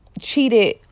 cheated